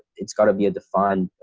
it's got to be a defined,